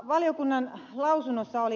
valiokunnan lausunnossa oli